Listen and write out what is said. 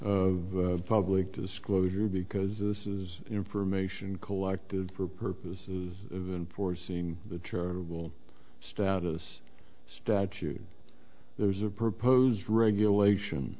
of public disclosure because this is information collected for purposes of enforcing the charitable status statute there's a proposed regulation